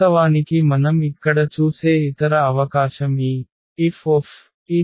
వాస్తవానికి మనం ఇక్కడ చూసే ఇతర అవకాశం ఈ Fs t